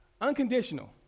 Unconditional